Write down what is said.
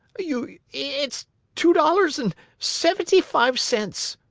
you it's two dollars and seventy-five cents.